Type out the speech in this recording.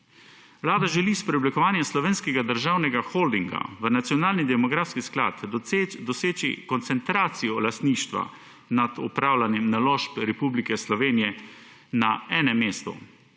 Vlada želi s preoblikovanjem Slovenskega državnega holdinga v Nacionalni demografski sklad doseči koncentracijo lastništva nad upravljanjem naložb Republike Slovenije na enem mestu.